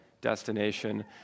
destination